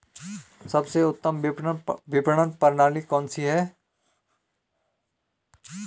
सबसे उत्तम विपणन प्रणाली कौन सी है?